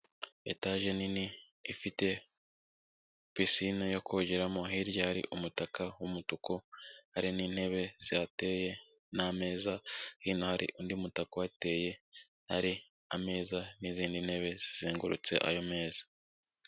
Etaje nini, ifite pisine yo kogeramo, hirya hari umutaka w'umutuku, hari n'intebe zihateye n'ameza, hino hari undi mutaka uhateye, hari ameza n'izindi ntebe zizengurutse ayo meza.